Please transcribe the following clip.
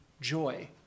joy